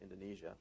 Indonesia